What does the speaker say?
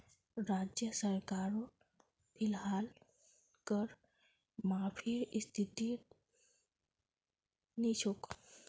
राज्य सरकारो फिलहाल कर माफीर स्थितित नी छोक